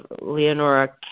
Leonora